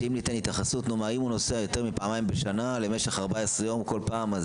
אם הוא נוסע יותר מפעמיים בשנה למשך 14 יום כל פעם אז